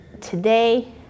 today